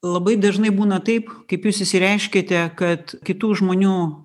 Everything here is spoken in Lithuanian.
labai dažnai būna taip kaip jūs išsireiškėte kad kitų žmonių